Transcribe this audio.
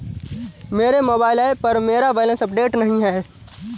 मेरे mobile app पर मेरा बैलेंस अपडेट नहीं है